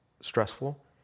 stressful